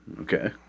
Okay